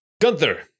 Gunther